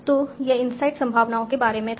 तो यह इनसाइड संभावनाओं के बारे में था